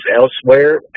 elsewhere